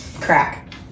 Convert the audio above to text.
Crack